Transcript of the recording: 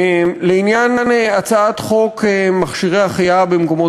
לעניין הצעת חוק מכשירי החייאה במקומות